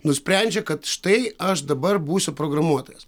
nusprendžia kad štai aš dabar būsiu programuotojas